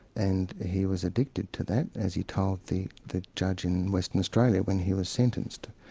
and he was addicted to that, as he told the the judge in western australia when he was sentenced.